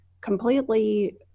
completely